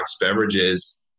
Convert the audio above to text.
beverages